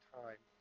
time